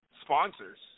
sponsors